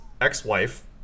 ex-wife